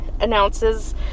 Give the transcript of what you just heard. announces